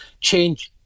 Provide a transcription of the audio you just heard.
change